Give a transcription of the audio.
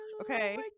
okay